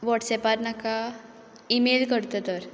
वॉट्सेपार नाका ईमेल करतां तर